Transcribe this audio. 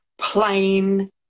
plain